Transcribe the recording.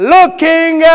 Looking